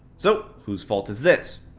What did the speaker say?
so, who's fault is this?